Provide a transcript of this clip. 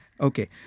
Okay